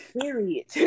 period